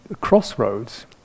crossroads